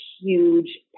huge